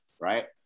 right